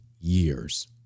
years